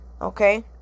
Okay